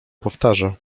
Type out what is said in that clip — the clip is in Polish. powtarza